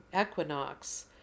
equinox